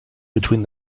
between